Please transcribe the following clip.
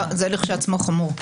זה כשלעצמו חמור.